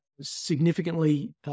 significantly